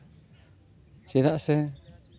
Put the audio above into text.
ᱪᱮᱫᱟᱜ ᱥᱮ